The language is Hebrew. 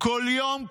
"כל יום,